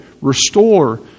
restore